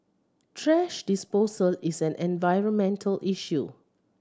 thrash disposal is an environmental issue